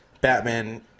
Batman